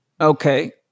Okay